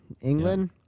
England